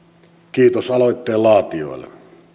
kiitos aloitteen laatijoille